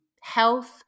health